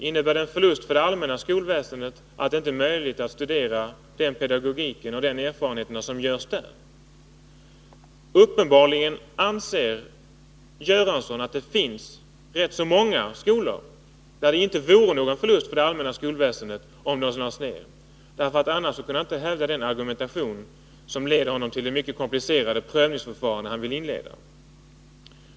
Innebär det en förlust för det allmänna skolväsendet att det inte är möjligt att studera den pedagogik som finns där och att eleverna inte får de erfarenheter som den ger? Uppenbarligen anser statsrådet Göransson att det finns rätt så många skolor vilkas nedläggande inte vore någon förlust för det allmänna skolväsendet. På annat sätt kan han inte hävda den argumentation som leder honom till det mycket komplicerade prövningsförfarande som han vill inleda.